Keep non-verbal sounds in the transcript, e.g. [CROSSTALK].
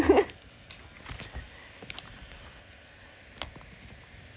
[LAUGHS]